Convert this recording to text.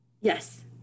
Yes